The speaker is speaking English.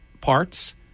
parts